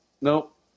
nope